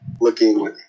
looking